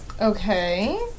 Okay